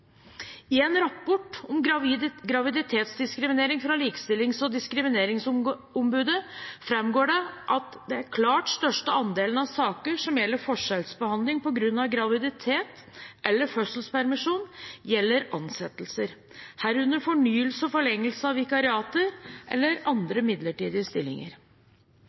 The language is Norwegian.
I en rapport om graviditetsdiskriminering fra Likestillings- og diskrimineringsombudet framgår det at den klart største andelen av saker som gjelder forskjellsbehandling på grunn av graviditet eller fødselspermisjon, gjelder ansettelser, herunder fornyelse/forlengelse av vikariater eller andre midlertidige stillinger.